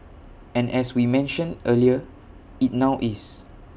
and as we mentioned earlier IT now is